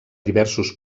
diversos